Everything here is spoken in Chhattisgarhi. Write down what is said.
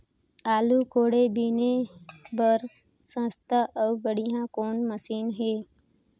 आलू कोड़े बीने बर सस्ता अउ बढ़िया कौन मशीन हे?